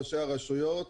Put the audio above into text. ראשי הרשויות,